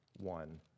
one